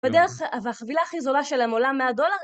בדרך, והחבילה הכי זולה שלהם עולה 100 דולר.